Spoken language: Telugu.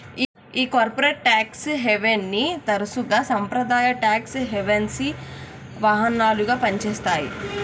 ఈ కార్పొరేట్ టెక్స్ హేవెన్ని తరసుగా సాంప్రదాయ టాక్స్ హెవెన్సి వాహనాలుగా పని చేత్తాయి